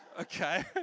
okay